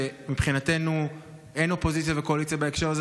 שמבחינתנו אין אופוזיציה וקואליציה בהקשר הזה,